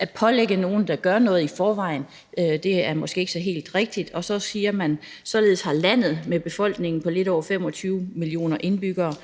At pålægge nogen, der gør noget i forvejen, er måske ikke så helt rigtigt. Og så siger man: Således har landet med befolkningen på lidt over 25 millioner indbyggere ...